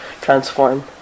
transform